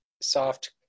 soft